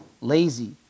lazy